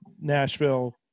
Nashville